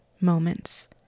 moments